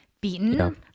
beaten